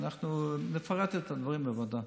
אנחנו נפרט את הדברים בוועדה.